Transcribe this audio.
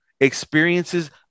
experiences